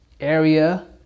area